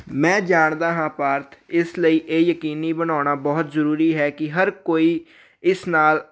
ਮੈਂ ਜਾਣਦਾ ਹਾਂ ਪਾਰਥ ਇਸ ਲਈ ਇਹ ਯਕੀਨੀ ਬਣਾਉਣਾ ਬਹੁਤ ਜ਼ਰੂਰੀ ਹੈ ਕਿ ਹਰ ਕੋਈ ਇਸ ਨਾਲ